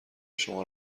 شما